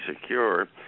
secure